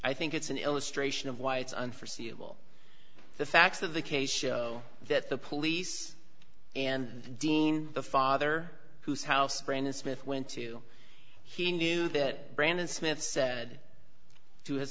i think it's an illustration of why it's on forseeable the facts of the case show that the police and dean the father whose house brennan smith went to he knew that brandon smith said to his